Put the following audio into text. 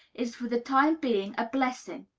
is for the time being a blessing.